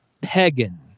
pagan